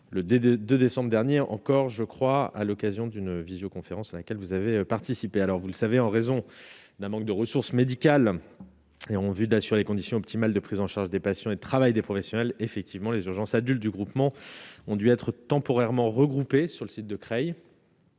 le de décembre dernier encore, je crois à l'occasion d'une visioconférence à laquelle vous avez participé alors vous le savez, en raison d'un manque de ressources médicales et en vue d'assurer les conditions optimales de prise en charge des patients et de travail des professionnels effectivement les urgences adultes du groupement ont dû être temporairement regroupées sur le site de Creil.